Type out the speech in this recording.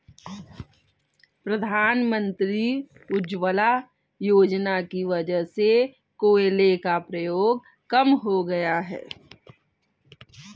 प्रधानमंत्री उज्ज्वला योजना की वजह से कोयले का प्रयोग कम हो गया है